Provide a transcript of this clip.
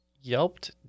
Yelped